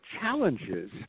challenges